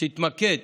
שתתמקד